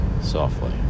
softly